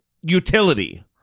utility